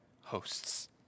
hosts